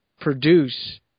produce